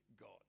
God